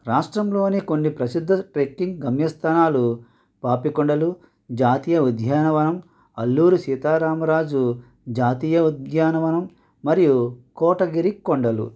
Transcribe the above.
రాష్ట్రంలోని కొన్ని ప్రసిద్ధ ట్రెక్కింగ్ గమ్యస్థానాలు పాపికొండలు జాతీయ ఉద్యానవనం అల్లూరి సీతారామరాజు జాతీయ ఉద్యానవనం మరియు కోటగిరి కొండలు